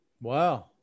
Wow